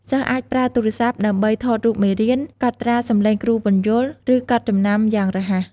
សិស្សអាចប្រើទូរស័ព្ទដើម្បី ថតរូបមេរៀន កត់ត្រាសំឡេងគ្រូពន្យល់ ឬកត់ចំណាំយ៉ាងរហ័ស។